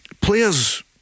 players